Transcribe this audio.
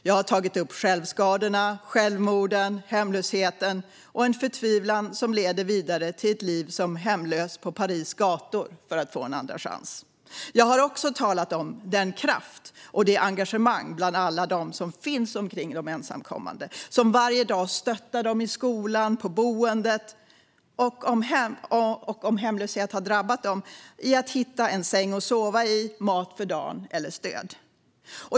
Jag har tagit upp självskadorna, självmorden, hemlösheten och en förtvivlan som leder vidare till ett liv som hemlös på Paris gator för att få en andra chans. Jag har också talat om kraften och engagemanget bland alla dem som finns omkring de ensamkommande, som varje dag stöttar dem i skolan, på boendet och, om hemlöshet har drabbat dem, i att hitta en säng att sova i, mat för dagen eller stöd.